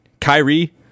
Kyrie